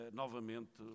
novamente